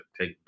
take